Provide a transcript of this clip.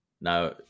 Now